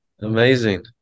amazing